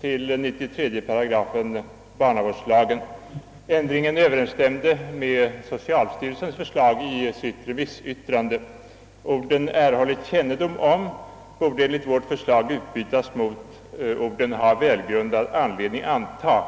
till 93 § barnavårdslagen. Ändringen överensstämmer med det förslag som socialstyrelsen framfört i sitt remissyttrande. Orden »erhållit kännedom om» borde enligt vårt förslag utbytas mot »ha välgrundad anledning antaga».